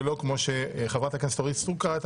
ולא כמו שחברת הכנסת אורית סטרוק קראה את